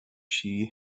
she